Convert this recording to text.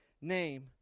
name